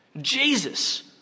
Jesus